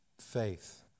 faith